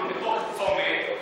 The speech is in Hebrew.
בתוך צומת,